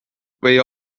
või